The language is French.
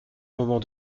moments